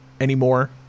anymore